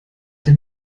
den